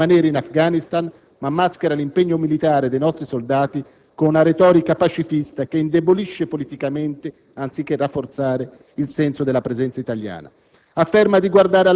Afferma di voler rimanere in Afghanistan, ma maschera l'impegno militare dei nostri soldati con una retorica pacifista che indebolisce politicamente, anziché rafforzare, il senso della presenza italiana.